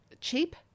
cheap